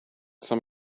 some